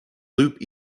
loop